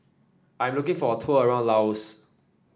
I'm looking for a tour around Laos